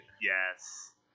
Yes